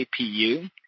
APU